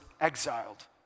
exiled